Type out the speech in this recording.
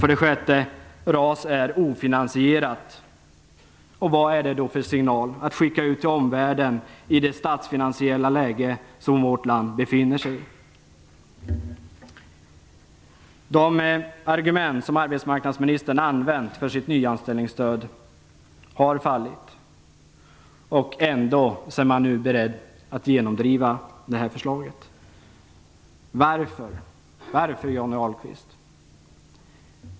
För det sjätte: RAS är ofinansierat. Vad är det för signal att skicka ut till omvärlden i det statsfinansiella läge som vårt land befinner sig i? De argument som arbetsmarknadsministern har använt för sitt nyanställningsstöd har fallit, och ändå är man nu beredd att genomdriva det här förslaget. Varför? Varför Johnny Ahlqvist?